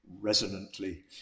resonantly